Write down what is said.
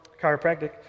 chiropractic